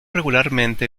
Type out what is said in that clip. regularmente